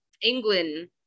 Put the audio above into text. England